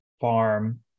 farm